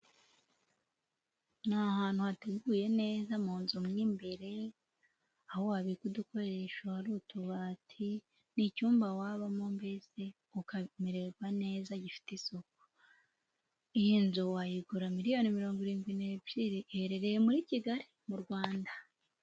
Ni ahantu hateguye neza mu nzu mo imbere, aho wabika udukoresho, hari utubati. Ni icyumba wabamo mbese ukamererwa neza gifite isuku. Iyi nzu wayigura miliyoni mirongo irindwi n'ebyiri, iherereye muri Kigali mu Rwanda.